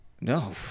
No